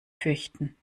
fürchten